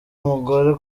umugore